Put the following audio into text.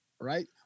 right